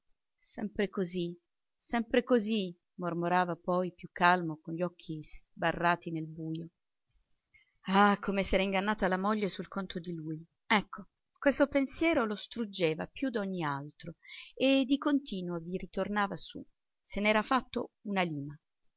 sempre così sempre così mormorava poi più calmo con gli occhi sbarrati nel bujo ah come s'era ingannata la moglie sul conto di lui ecco questo pensiero lo struggeva più d'ogni altro e di continuo vi ritornava su se n'era fatto una lima